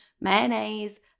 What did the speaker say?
mayonnaise